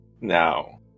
Now